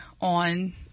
on